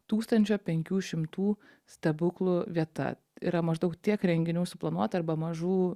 tūkstančio penkių šimtų stebuklų vieta yra maždaug tiek renginių suplanuota arba mažų